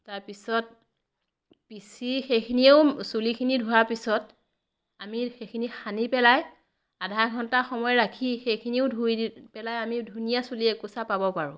তাৰ পিছত পিচি সেইখিনিয়েও চুলিখিনি ধোৱাৰ পিছত আমি সেইখিনি সানি পেলাই আধা ঘন্টা সময় ৰাখি সেইখিনিও ধুই দি পেলাই আমি ধুনীয়া চুলি একোছা পাব পাৰোঁ